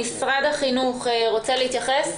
אנשי משרד החינוך, אתם רוצים להתייחס?